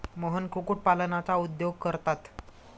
मोहन कुक्कुटपालनाचा उद्योग करतात